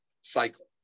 cycle